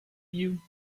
you